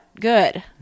good